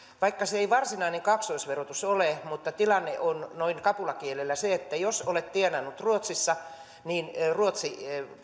se ei varsinainen kaksoisverotus ole mutta tilanne on noin kapulakielellä se että jos olet tienannut ruotsissa niin ruotsi